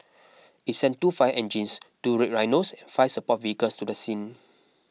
it sent two fire engines two Red Rhinos five support vehicles to the scene